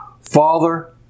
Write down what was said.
Father